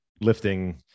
lifting